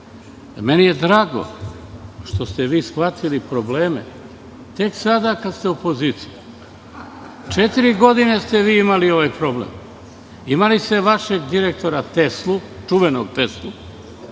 Meni je drago što ste vi shvatili probleme tek sada kada ste opozicija. Četiri godine imali ste ovaj problem. Imali ste vašeg direktora Teslu, čuvenog Teslu,